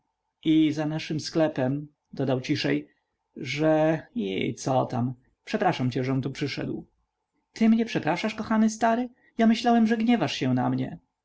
i za naszym sklepem dodał ciszej że iii cotam przepraszam cię żem tu przyszedł ty mnie przepraszasz kochany stary ja myślałem że gniewasz się na mnie